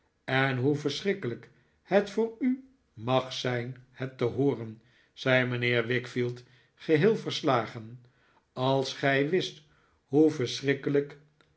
en hoe verschrikkelijk het voor u mag zijn het te hooren zei mijnheer wickfield geheel verslagen als gij wist hoe verschrikkelijk